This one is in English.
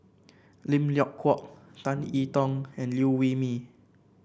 Lim Leong Geok Tan I Tong and Liew Wee Mee